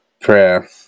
prayer